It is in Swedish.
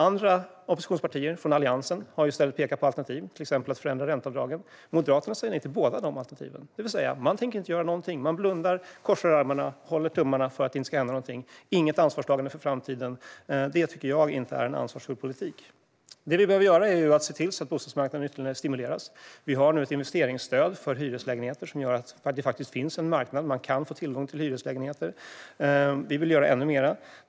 Andra oppositionspartier i Alliansen har pekat på alternativ, till exempel att förändra ränteavdragen. Moderaterna säger nej till båda dessa alternativ. Man tänker alltså inte göra någonting, utan vill bara blunda, lägga armarna i kors och hålla tummarna för att inget ska hända. Det finns inget ansvarstagande för framtiden. Detta tycker jag inte är en ansvarsfull politik. Vi behöver i stället stimulera bostadsmarknaden. Vi har infört ett investeringsstöd för hyreslägenheter som innebär att det faktiskt finns en marknad. Man kan få tillgång till hyreslägenheter. Vi vill göra ännu mer.